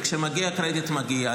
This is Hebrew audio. וכשמגיע קרדיט מגיע.